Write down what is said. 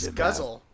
guzzle